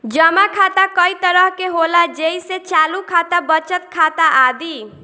जमा खाता कई तरह के होला जेइसे चालु खाता, बचत खाता आदि